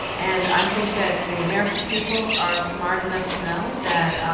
and i think that the american people are smart enough to know that